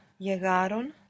llegaron